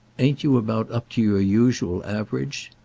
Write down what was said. ain't you about up to your usual average?